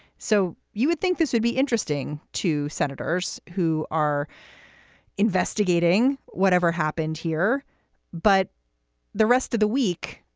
so you would think this would be interesting to senators who are investigating whatever happened here but the rest of the week,